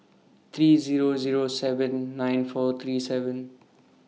three Zero Zero seven nine four three seven